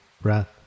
breath